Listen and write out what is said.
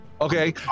Okay